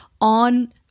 on